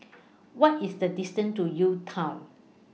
What IS The distance to UTown